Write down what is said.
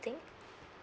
so